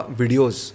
videos